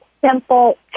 simple